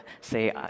Say